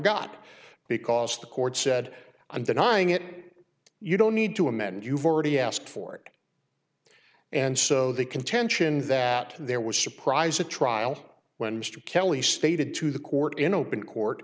got because the court said i'm denying it you don't need to amend you've already asked for it and so the contention that there was surprise a trial when mr kelly stated to the court in open court